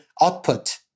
output